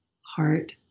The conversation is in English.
heart